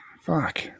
fuck